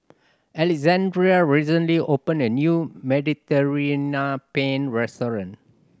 Alexandrea recently opened a new Mediterranean Penne restaurant